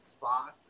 Fox